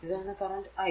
ഇതാണ് current i